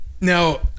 Now